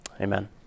Amen